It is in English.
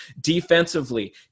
defensively